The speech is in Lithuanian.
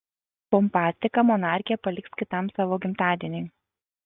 pompastiką monarchė paliks kitam savo gimtadieniui